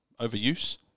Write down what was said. overuse